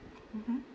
mmhmm